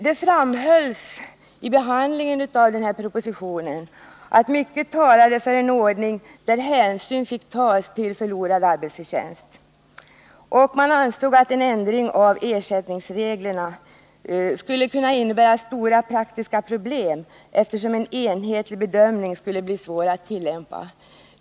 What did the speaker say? Det framhölls vid behandlingen av propositionen att mycket talade för en ordning där hänsyn fick tas till förlorad arbetsförtjänst. Man ansåg att en ändring av ersättningsreglerna skulle kunna innebära stora praktiska problem, eftersom en enhetlig bedömning skulle bli svår att tillämpa.